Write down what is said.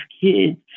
kids